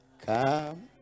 come